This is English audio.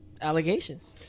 allegations